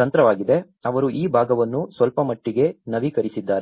ತಂತ್ರವಾಗಿದೆ ಅವರು ಈ ಭಾಗವನ್ನು ಸ್ವಲ್ಪಮಟ್ಟಿಗೆ ನವೀಕರಿಸಿದ್ದಾರೆ